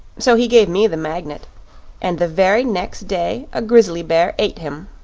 so he gave me the magnet and the very next day a grizzly bear ate him.